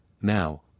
Now